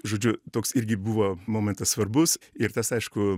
žodžiu toks irgi buvo momentas svarbus ir tas aišku